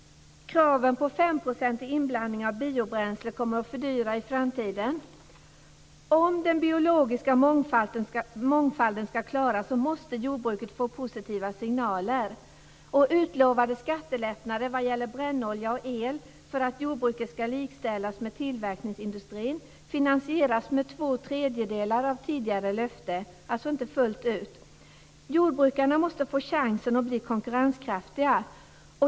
Kraven på 5-procentig inblandning av biobränsle kommer att fördyra i framtiden. Om den biologiska mångfalden ska klaras måste jordbruket få positiva signaler. Utlovade skattelättnader vad gäller brännolja och el för att jordbruket ska likställas med tillverkningsindustrin finansieras till två tredjedelar av tidigare givna löfte - alltså inte fullt ut. Jordbrukarna måste få chansen att bli konkurrenskraftiga.